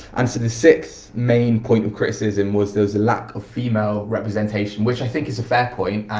and so the sixth main point of criticism was there was a lack of female representation, which i think is a fair point.